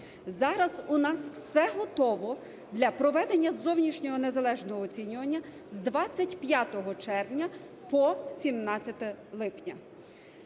Зараз у нас все готово для проведення зовнішнього незалежного оцінювання з 25 червня по 17 липня.